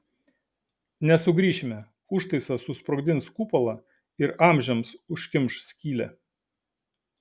nesugrįšime užtaisas susprogdins kupolą ir amžiams užkimš skylę